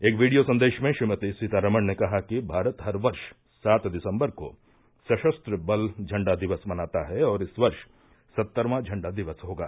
एक वीडियो संदेश में श्रीमती सीतारमण ने कहा कि भारत हर वर्ष सात दिसम्बर को सशस्त्र बल झंडा दिवस मनाता है और इस वर्ष सत्तरवां झंडा दिवस होगा